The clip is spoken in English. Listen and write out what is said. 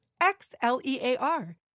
X-L-E-A-R